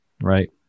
right